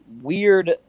weird